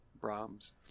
Brahms